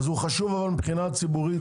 אבל הוא חשוב מבחינה ציבורית?